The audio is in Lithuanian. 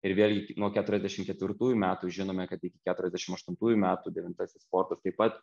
ir vėlgi nuo keturiasdešim ketvirtųjų metų žinome kad iki keturiasdešim aštuntųjų metų devintasis fortas taip pat